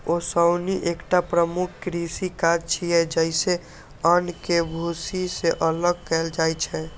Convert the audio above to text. ओसौनी एकटा प्रमुख कृषि काज छियै, जइसे अन्न कें भूसी सं अलग कैल जाइ छै